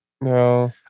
No